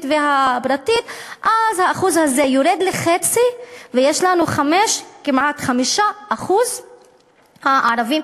והפרטית האחוז הזה יורד לחצי ויש לנו כמעט 5% ערבים,